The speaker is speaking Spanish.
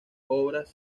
obras